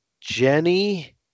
Jenny